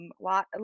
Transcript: lot